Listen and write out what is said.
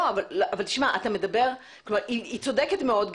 היא צודק מאוד.